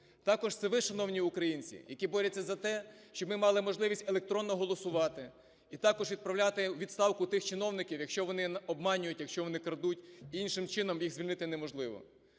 Також це ви, шановні українці, які борються за те, щоб ми мали можливість електронно голосувати і також відправляти у відставку тих чиновників, якщо вони обманюють, якщо вони крадуть, іншим чином їх звільнити неможливо.